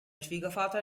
schwiegervater